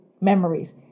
memories